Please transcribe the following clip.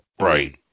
Right